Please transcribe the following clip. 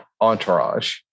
entourage